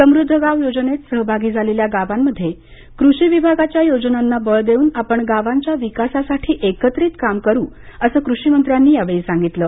समृद्ध गाव योजनेत सहभागी झालेल्या गावांमध्ये कृषी विभागाच्या योजनांना बळ देऊन आपण गावांच्या विकासासाठी एकत्रित काम करू असे कृषीमंत्र्यांनी सांगितले